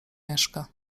mieszka